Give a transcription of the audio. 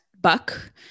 buck